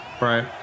right